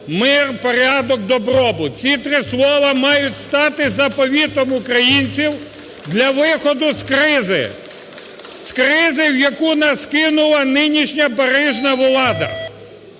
мир, порядок, добробут – ці три слова мають стати заповітом українців для виходу з кризи. З кризи, в яку нас кинула нинішня барижна влада.